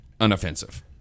unoffensive